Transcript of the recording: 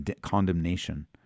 condemnation